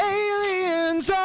aliens